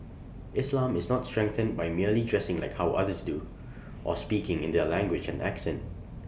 islam is not strengthened by merely dressing like how others do or speaking in their language and accent